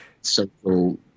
social